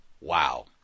Wow